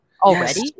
Already